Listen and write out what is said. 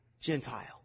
Gentile